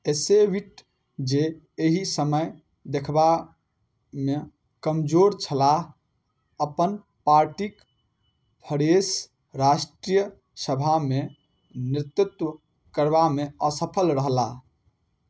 एसेविट जे एहि समय देखबामे कमजोर छलाह अपन पार्टीके फ्रेश राष्ट्रीय सभामे नेतृत्व करबामे असफल रहलाह